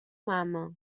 mama